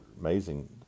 amazing